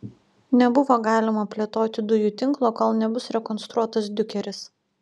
nebuvo galima plėtoti dujų tinklo kol nebus rekonstruotas diukeris